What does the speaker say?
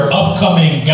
upcoming